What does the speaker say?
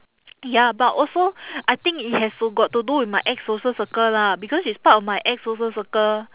ya but also I think it has to got to do with my ex-social circle lah because she's part of my ex-social circle